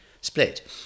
split